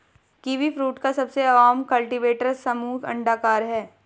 kiwifruit का सबसे आम कल्टीवेटर समूह अंडाकार है